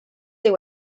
they